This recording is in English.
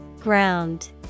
Ground